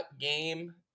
game